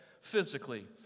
physically